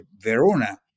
Verona